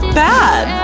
bad